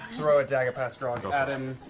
throw a dagger past grog at him.